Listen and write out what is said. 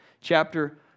chapter